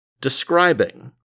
describing